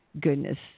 goodness